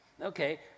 Okay